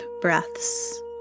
breaths